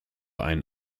einen